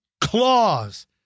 Claws